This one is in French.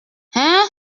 hein